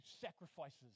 sacrifices